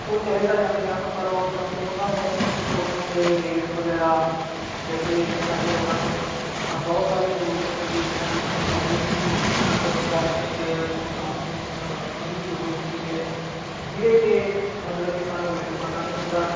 ਉਹ ਚਲੇ ਤਾਂ ਜਾਂਦੇ ਹਨ ਪਰ ਉਹ ਪਰੰਤੂ ਉਨ੍ਹਾਂ ਨੂੰ ਓੱਥੋਂ ਦੇ ਰੇਟ ਵਗੈਰਾ ਜੈਸੇ ਜਿੱਦਾਂ ਕੇ ਸਾਨੂੰ ਬਹੁਤ ਸਾਰੀ ਜ਼ਰੂਰਤ ਪੈਂਦੀ ਹੈ ਜਿੱਦਾਂ ਕੇ ਸਾਨੂੰ ਕਮਰੇ ਵੀ ਬੁੱਕ ਕਰਵਾਉਣੇ ਪੈਂਦੇ ਹੈ ਸਾਨੂੰ ਖਾਣ ਪੀਣ ਦੀਆਂ ਵਸਤੂਆਂ ਦੀ ਵੀ ਲੋੜ ਹੁੰਦੀ ਹੈ ਜਿਹਦੇ ਕੇ ਮਤਲਬ ਕੇ ਸਾਨੂੰ ਰੇਟ ਪਤਾ ਨਹੀਂ ਹੁੰਦਾ